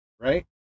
right